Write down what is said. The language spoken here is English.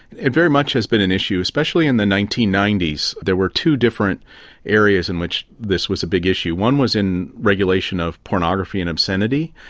it very much has been an issue, especially in the nineteen ninety s. there were two different areas in which this was a big issue, one was in regulation of pornography and obscenity,